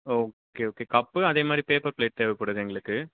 okay okay cup அதே மாதிரி paper plate தேவைப்படுது எங்களுக்கு